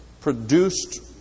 produced